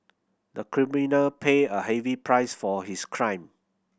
the criminal paid a heavy price for his crime